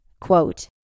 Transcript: Quote